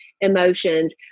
emotions